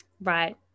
Right